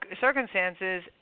circumstances